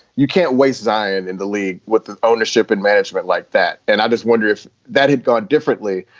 you can't waste zion in the league with the ownership and management like that. and i just wonder if that had gone differently.